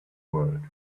world